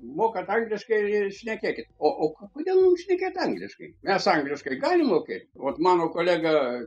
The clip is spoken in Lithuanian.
mokat angliškai ir ir šnekėkit o ko kodėl mum šnekėt angliškai mes angliškai galim mokėt vat mano kolega